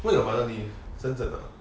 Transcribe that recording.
where your mother live shenzhen ah